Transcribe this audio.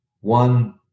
one